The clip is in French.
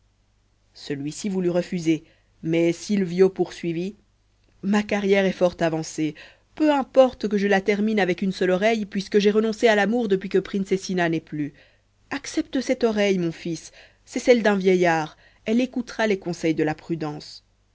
celui-ci voulut refuser mais silvio poursuivit ma carrière est fort avancée peu importe que je la termine avec une seule oreille puisque j'ai renoncé à l'amour depuis que princessina n'est plus accepte cette oreille mon fils c'est celle d'un vieillard elle écoutera les conseils de la prudence